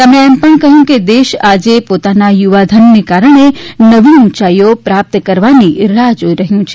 તેમણે એમ પણ કહ્યું કે દેશ આજે પોતાના યુવાધનને કારણે નવી ઊંચાઇઓ પ્રાપ્ત કરવાની રાહ જોઇ રહ્યું છે